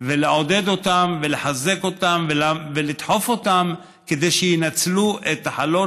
ולעודד אותם ולחזק אותם ולדחוף אותם כדי שינצלו את חלון